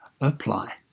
apply